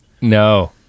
No